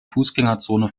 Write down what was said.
fußgängerzone